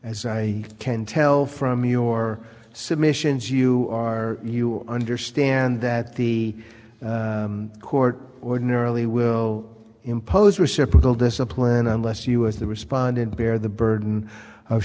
as i can tell from your submissions you are you understand that the court ordinarily will impose reciprocal discipline unless you as the respondent bear the burden of